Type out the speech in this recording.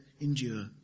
endure